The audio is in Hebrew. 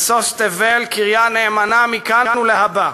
משוש תבל, קריה נאמנה, מכאן ולהבא.